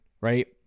right